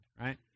right